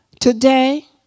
Today